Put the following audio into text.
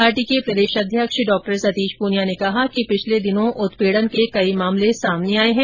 party के प्रदेश अध्यक्ष डॉ सतीश पूनिया ने कहा कि पिछले दिनों उत्पीड़न के कई मामले सामने आये हैं